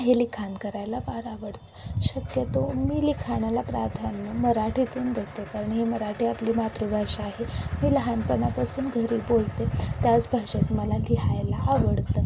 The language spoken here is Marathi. हे लिखाण करायला फार आवडतं शक्यतो मी लिखाणाला प्राधान्य मराठीतून देते कारण ही मराठी आपली मातृभाषा आहे मी लहानपणापासून घरी बोलते त्याच भाषेत मला लिहायला आवडतं